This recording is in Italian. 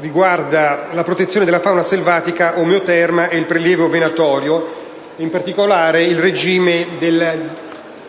riguarda la protezione della fauna selvatica omeoterma e il prelievo venatorio, in particolare il regime delle